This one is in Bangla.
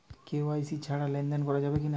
কে.ওয়াই.সি ছাড়া লেনদেন করা যাবে কিনা?